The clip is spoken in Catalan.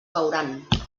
veuran